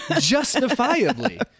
justifiably